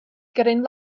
gryn